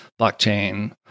blockchain